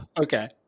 okay